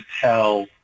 tell